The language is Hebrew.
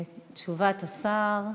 תשובת השר,